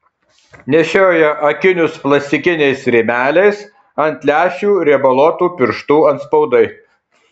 nešioja akinius plastikiniais rėmeliais ant lęšių riebaluotų pirštų atspaudai